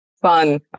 Fun